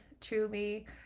truly